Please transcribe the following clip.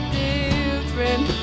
different